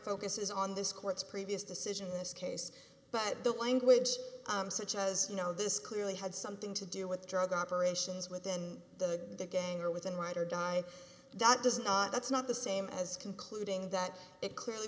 focuses on this court's previous decision this case but the language such as you know this clearly had something to do with drug operations within the gang or within right or die that does not that's not the same as concluding that it clearly